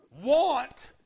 want